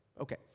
Okay